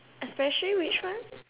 especially which one